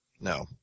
No